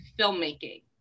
filmmaking